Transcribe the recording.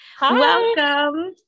welcome